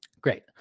Great